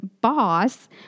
boss